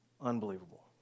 Unbelievable